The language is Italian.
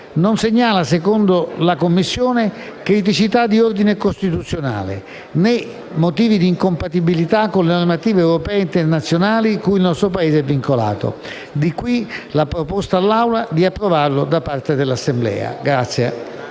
non segnala, secondo la Commissione, criticità di ordine costituzionale, né motivi di incompatibilità con le normative europee internazionali, cui il nostro Paese è vincolato. Di qui la proposta all'Assemblea di approvarlo.